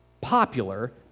popular